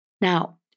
Now